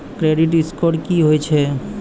Credit score की होय छै?